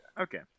Okay